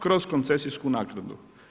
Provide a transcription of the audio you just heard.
Kroz koncesijsku naknadu.